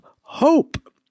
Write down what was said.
hope